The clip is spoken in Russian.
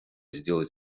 сделать